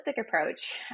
approach